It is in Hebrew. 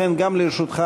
לכן גם לרשותך,